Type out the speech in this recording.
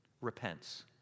repents